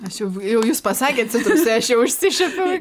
aš jau jau jūs pasakėt citrusai aš jau išsišiepiau